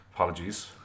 Apologies